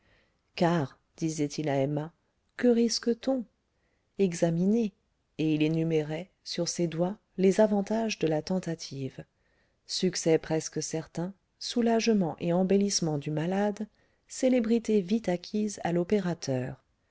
car disait-il à emma que risque-t-on examinez et il énumérait sur ses doigts les avantages de la tentative succès presque certain soulagement et embellissement du malade célébrité vite acquise à l'opérateur